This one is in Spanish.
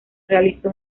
realizó